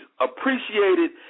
appreciated